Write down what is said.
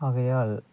ஆகையால்